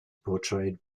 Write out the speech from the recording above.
portrayed